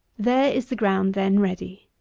there is the ground then, ready.